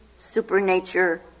Supernature